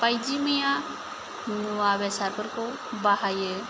बायदि मैया मुवा बेसादफोरखौ बाहायो